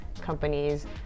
companies